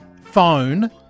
phone